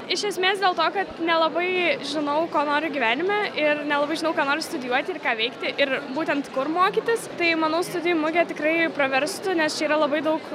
iš esmės dėl to kad nelabai žinau ko noriu gyvenime ir nelabai žinau ką noriu studijuoti ir ką veikti ir būtent kur mokytis tai manau studijų mugė tikrai praverstų nes čia yra labai daug